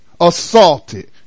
assaulted